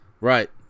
Right